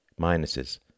Minuses